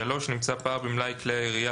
(3)נמצא פער במלאי כלי הירייה,